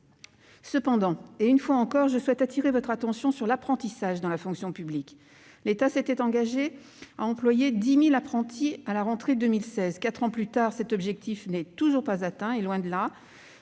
Cependant, une fois encore, je souhaite attirer votre attention sur l'apprentissage dans la fonction publique. L'État s'était engagé à employer 10 000 apprentis à la rentrée 2016. Quatre ans plus tard, cet objectif n'est toujours pas atteint, loin de là.